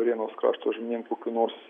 varėnos krašto žmonėm kokių nors